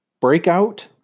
Breakout